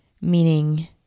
meaning